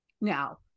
Now